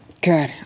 Good